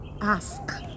ask